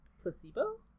placebo